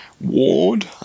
ward